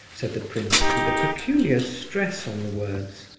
said the prince, with a peculiar stress on the words.